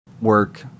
work